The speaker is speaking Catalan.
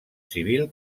civil